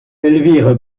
elvire